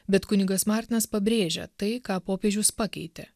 bet kunigas martinas pabrėžia tai ką popiežius pakeitė